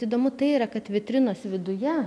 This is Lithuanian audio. įdomu tai yra kad vitrinos viduje